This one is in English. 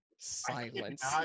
silence